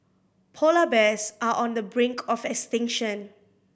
polar bears are on the brink of extinction